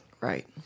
Right